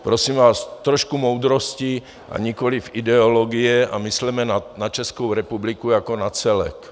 Prosím vás, trošku moudrosti a nikoliv ideologie a mysleme na Českou republiku jako na celek.